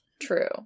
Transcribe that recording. True